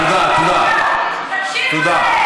תודה, תודה.